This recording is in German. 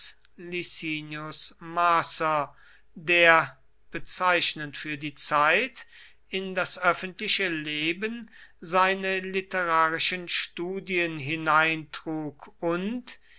der bezeichnend für die zeit in das öffentliche leben seine literarischen studien hineintrug und